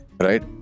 Right